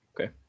Okay